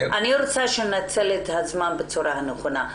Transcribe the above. אני רוצה שננצל את הזמן בצורה נכונה.